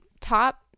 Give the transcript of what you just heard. top